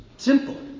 Simple